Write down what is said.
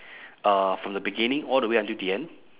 uh from the beginning all the way until the end